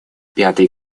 пятый